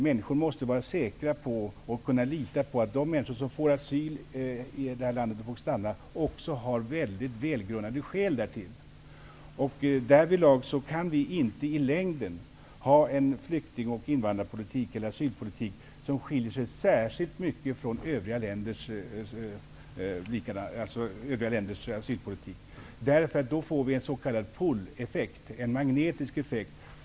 Människor måste kunna lita på att de som får asyl i Sverige och får stanna också har mycket välgrundade skäl därtill. Därför kan vi i längden inte ha en flykting och invandrarpolitik, eller asylpolitik, som skiljer sig särskilt mycket från övriga länders asylpolitik. Då får vi en s.k. pull-effekt, en magnetisk effekt.